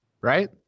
right